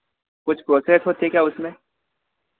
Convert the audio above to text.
कुछ प्रोसेस होती क्या उसमें